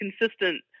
consistent